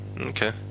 okay